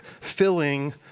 filling